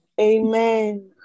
Amen